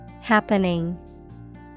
Happening